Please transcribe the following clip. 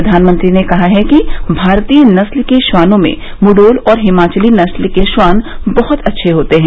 प्रधानमंत्री ने कहा कि भारतीय नस्ल के श्वानों में मुढोल और हिमाचली नस्ल के श्वान बहत अच्छे होते हैं